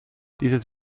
dieses